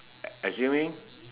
assuming